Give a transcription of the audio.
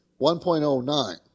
1.09